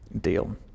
deal